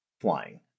flying